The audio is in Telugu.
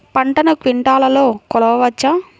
పంటను క్వింటాల్లలో కొలవచ్చా?